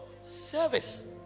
service